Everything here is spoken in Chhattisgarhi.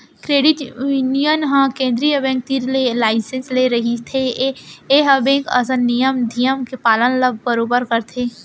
क्रेडिट यूनियन ह केंद्रीय बेंक तीर ले लाइसेंस ले रहिथे ए ह बेंक असन नियम धियम के पालन ल बरोबर करथे